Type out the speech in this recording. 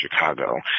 Chicago